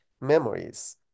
memories